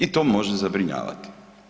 I to može zabrinjavati.